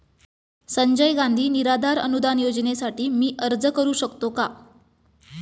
संजय गांधी निराधार अनुदान योजनेसाठी मी अर्ज करू शकतो का?